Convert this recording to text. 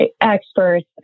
experts